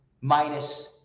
minus